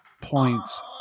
points